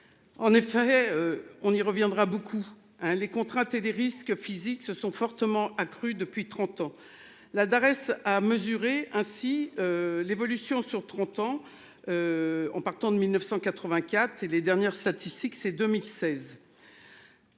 En effet, on y reviendra beaucoup hein les contraintes et les risques physiques se sont fortement accrues depuis 30 ans. L'adresse à mesurer ainsi. L'évolution sur 30 ans. En partant de 1984 et les dernières statistiques, c'est 2016.